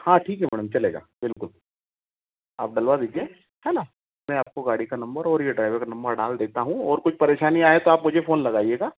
हाँ ठीक है मैडम चलेगा बिल्कुल आप डलवा दीजिए है न मैं आपको गाड़ी का नंबर और ये ड्राइवर का नंबर डाल देता हूँ और कुछ परेशानी आए तो आप मुझे फोन लगाइएगा